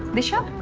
disha